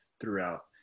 throughout